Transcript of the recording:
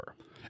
over